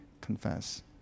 confess